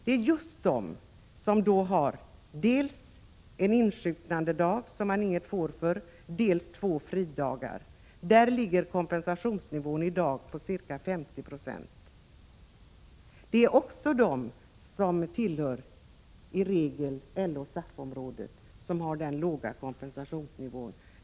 Det är just de som har dels en insjuknandedag som de inget får för, dels två fridagar. Där ligger kompensationsnivån i dag på ca 50 26. Det är också i regel de som tillhör LO-SAF-området som har den låga kompensationsnivån.